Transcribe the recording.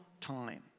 time